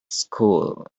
school